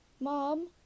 Mom